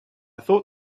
thought